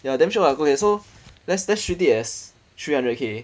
ya damn shiok ah go there so let's treat it as three hundred K